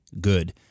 good